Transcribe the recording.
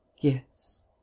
Yes